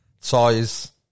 size